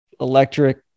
electric